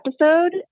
episode